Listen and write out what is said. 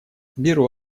беру